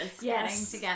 Yes